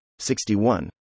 61